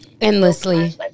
Endlessly